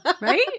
Right